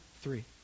three